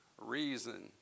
reason